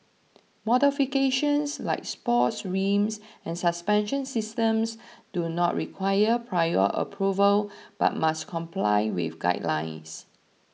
modifications like sports rims and suspension systems do not require prior approval but must comply with guidelines